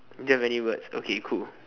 do you have any words okay cool